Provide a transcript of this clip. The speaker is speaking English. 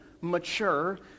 mature